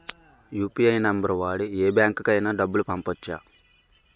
UPI number వాడి యే బ్యాంకుకి అయినా డబ్బులు పంపవచ్చ్చా?